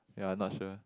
ya not sure